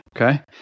Okay